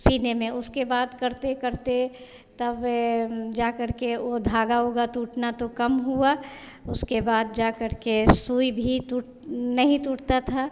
सीने में उसके बाद करते करते तब जा करके वह धागा ऊगा टूटना तो कम हुआ उसके बाद जा करके सुईं भी टूट नहीं टूटती थी